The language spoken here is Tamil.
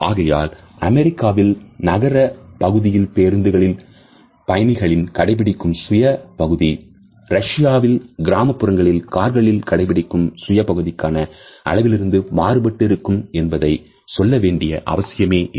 ஆகையால் அமெரிக்காவில் நகர பகுதிகளில் பேருந்து பயணங்களில் கடைபிடிக்கும் சுய பகுதி ரஷ்யாவில் கிராமப்புறங்களில் கார்களில் கடைபிடிக்கும் சுய பகுதிக்கான அளவிலிருந்து மாறுபட்டு இருக்கும் என்பதை சொல்ல வேண்டிய அவசியமே இல்லை